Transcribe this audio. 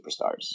superstars